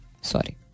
Sorry